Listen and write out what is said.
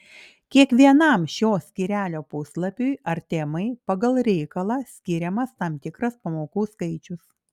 kiekvienam šio skyrelio puslapiui ar temai pagal reikalą skiriamas tam tikras pamokų skaičius